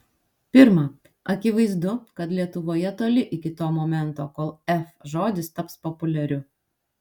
pirma akivaizdu kad lietuvoje toli iki to momento kol f žodis taps populiariu